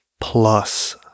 plus